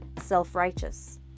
self-righteous